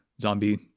zombie